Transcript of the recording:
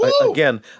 Again